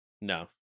No